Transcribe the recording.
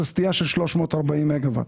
סטייה של 340 מגה-ואט,